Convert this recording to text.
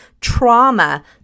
trauma